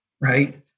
Right